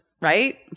right